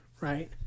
right